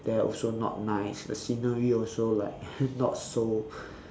there also not nice the scenery also like not so